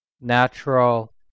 natural